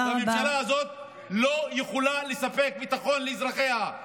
הממשלה הזאת לא יכולה לספק ביטחון לאזרחיה,